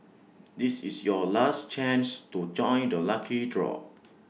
this is your last chance to join the lucky draw